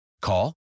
Call